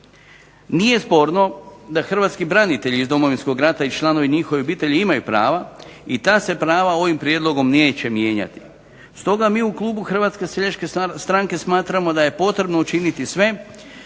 Nije sporno da hrvatski branitelji iz Domovinskog rata i članovi njihovih obitelji imaju prava i ta se prava ovim prijedlogom neće mijenjati. Stoga mi u klubu Hrvatske seljačke stranke smatramo da je potrebno učiniti sve